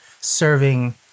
serving